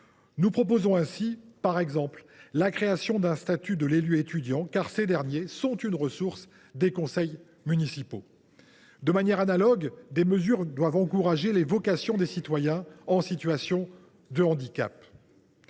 Nous proposons ainsi la création d’un statut d’élu étudiant, les étudiants étant l’une des ressources des conseils municipaux. De manière analogue, des mesures doivent encourager les vocations des citoyens en situation de handicap.